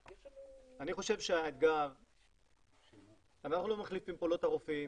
אנחנו לא מחליפים פה לא את הרופאים